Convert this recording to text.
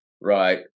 right